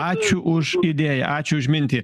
ačiū už idėją ačiū už mintį